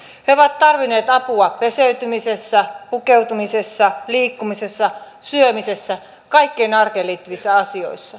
he ovat tarvinneet apua peseytymisessä pukeutumisessa liikkumisessa syömisessä kaikissa arkeen liittyvissä asioissa